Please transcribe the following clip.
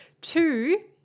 two